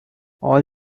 all